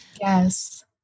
Yes